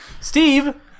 Steve